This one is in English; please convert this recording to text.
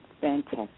Fantastic